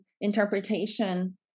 interpretation